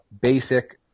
basic